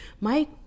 Mike